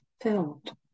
filled